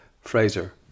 Fraser